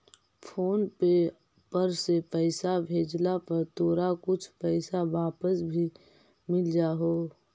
phone पे पर से पईसा भेजला पर तोरा कुछ पईसा वापस भी मिल जा हो